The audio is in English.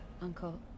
uncle